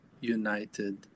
united